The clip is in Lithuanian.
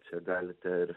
čia galite ir